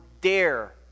dare